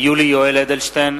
יולי יואל אדלשטיין,